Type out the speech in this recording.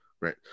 right